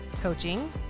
coaching